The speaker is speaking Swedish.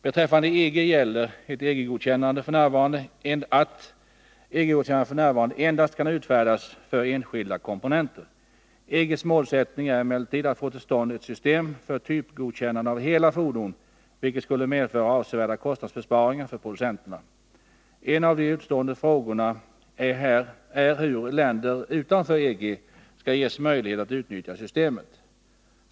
Beträffande EG gäller att EG-godkännande f. n. endast kan utfärdas för enskilda komponenter. EG:s målsättning är emellertid att få till stånd ett system för typgodkännande av hela fordon, vilket skulle medföra avsevärda kostnadsbesparingar för producenterna. En av de utestående frågorna är hur länder utanför EG skall ges möjlighet att utnyttja systemet.